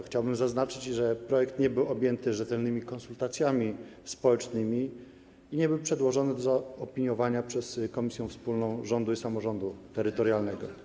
Chciałbym zaznaczyć, że projekt nie był objęty rzetelnymi konsultacjami społecznymi i nie był przedłożony do zaopiniowania przez Komisję Wspólną Rządu i Samorządu Terytorialnego.